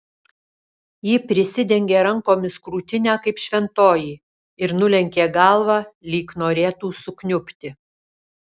ji prisidengė rankomis krūtinę kaip šventoji ir nulenkė galvą lyg norėtų sukniubti